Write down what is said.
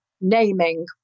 naming